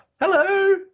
Hello